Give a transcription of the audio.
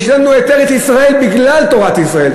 יש לנו את ארץ-ישראל בגלל תורת ישראל.